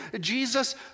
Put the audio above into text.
Jesus